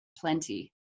plenty